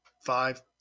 five